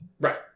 Right